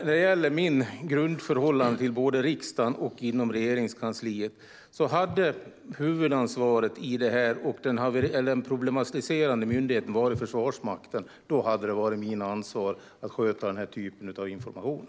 När det gäller mitt grundförhållande till riksdagen och inom Regeringskansliet hade det varit mitt ansvar att sköta den typen av information om huvudansvaret för det här hade legat på Försvarsmakten och om Försvarsmakten hade varit den problematiserande myndigheten.